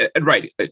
right